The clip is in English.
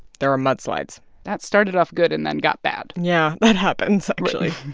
there are mudslides that started off good and then got bad yeah, that happens, actually.